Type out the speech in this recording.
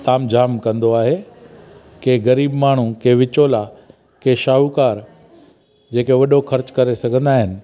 तामु जामु कंदो आहे की ग़रीबु माण्हू की विचोला की शाहूकार जेके वॾो ख़र्चु करे सघंदा आहिनि